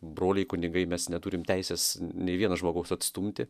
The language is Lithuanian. broliai kunigai mes neturim teisės nei vieno žmogaus atstumti